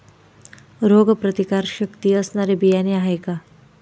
रोगप्रतिकारशक्ती असणारी बियाणे आहे का?